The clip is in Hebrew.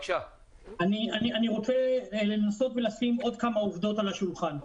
אני רוצה לנסות ולשים עוד כמה עובדות על השולחן.